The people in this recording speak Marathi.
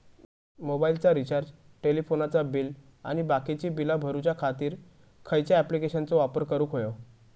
मोबाईलाचा रिचार्ज टेलिफोनाचा बिल आणि बाकीची बिला भरूच्या खातीर खयच्या ॲप्लिकेशनाचो वापर करूक होयो?